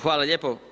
Hvala lijepo.